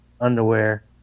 underwear